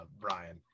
Brian